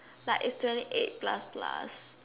like it's thirty eight plus plus